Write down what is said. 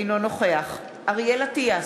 אינו נוכח אריאל אטיאס,